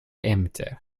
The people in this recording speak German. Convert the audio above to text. ämter